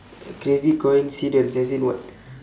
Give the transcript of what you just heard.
crazy coincidence as in what